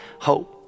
hope